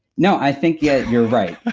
no, i think yeah you're right,